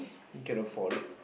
can afford it